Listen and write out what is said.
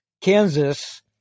Kansas